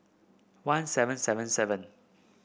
one seven seven seven